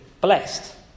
blessed